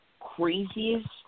Craziest